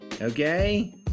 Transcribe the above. okay